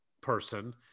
person